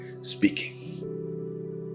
speaking